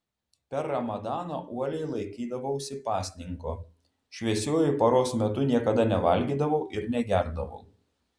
per ramadaną uoliai laikydavausi pasninko šviesiuoju paros metu niekada nevalgydavau ir negerdavau